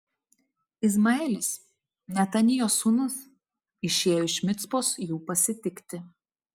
izmaelis netanijo sūnus išėjo iš micpos jų pasitikti